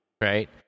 right